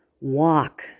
walk